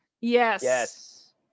Yes